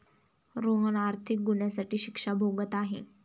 रोहन आर्थिक गुन्ह्यासाठी शिक्षा भोगत आहे